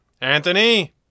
Anthony